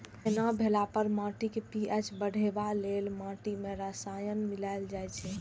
एना भेला पर माटिक पी.एच बढ़ेबा लेल माटि मे रसायन मिलाएल जाइ छै